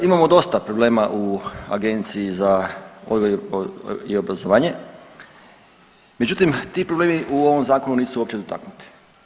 Imamo dosta problema u Agenciji za odgoj i obrazovanje, međutim ti problemi u ovom zakonu nisu uopće dotaknuti.